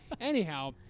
anyhow